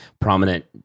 prominent